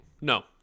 no